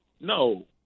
No